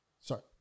sorry